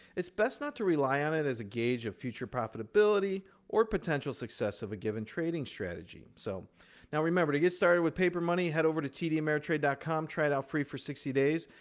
it's best not to rely on it as a gauge of future profitability or potential success of a given trading strategy. so now remember, to get started with papermoney, head over to tdameritrade com, try it out free for sixty days.